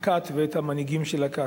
הכת ואת המנהיגים של הכת.